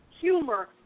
humor